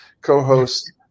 co-host